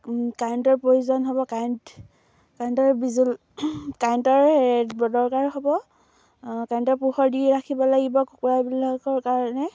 কাৰেণ্টৰ প্ৰয়োজন হ'ব কাৰেণ্ট কাৰেণ্টৰ বিজুল কাৰেণ্টৰ দৰকাৰ হ'ব কাৰেণ্টৰ পোহৰ দি ৰাখিব লাগিব কুকুৰাবিলাকৰ কাৰণে